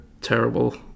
terrible